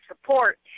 support